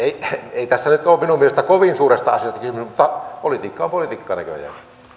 ei tässä nyt ole minun mielestäni kovin suuresta asiasta kysymys mutta politiikka on politiikkaa näköjään